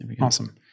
Awesome